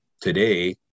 today